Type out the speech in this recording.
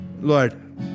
Lord